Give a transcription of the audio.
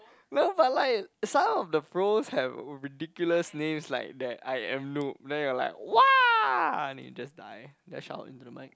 no but like some of the bros have ridiculous names like that I am noob then are like !wah! then you just die that shout into the mic